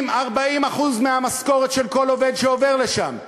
עם 40% מהמשכורת של כל עובד שעובר לשם,